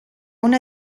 una